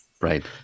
Right